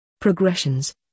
Progressions